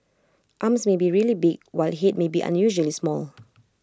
arms may be really big while Head may be unusually small